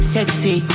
Sexy